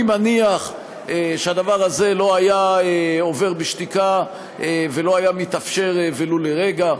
אני מניח שהדבר הזה לא היה עובר בשתיקה ולא היה מתאפשר ולו לרגע.